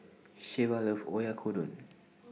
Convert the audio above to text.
Shelva loves Oyakodon